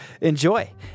enjoy